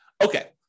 Okay